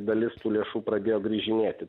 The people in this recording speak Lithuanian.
dalis tų lėšų pradėjo grįžinėti